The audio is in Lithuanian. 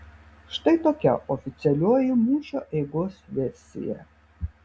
štai tokia oficialioji mūšio eigos versija